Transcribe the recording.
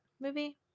movie